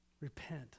Repent